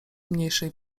mniejszej